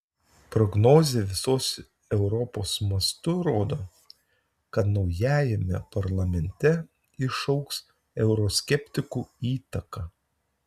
prognozė visos europos mastu rodo kad naujajame parlamente išaugs euroskeptikų įtaka